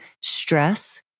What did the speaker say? stress